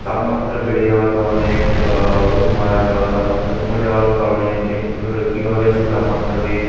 তাপমাত্রা বেড়ে যাওয়ার কারণে পশু মারা যাওয়া তাপমাত্রা কমে যাওয়ার কারণে টেম্প কীভাবে সেই তাপমাত্রাকে